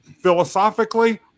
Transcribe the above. philosophically